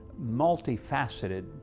multifaceted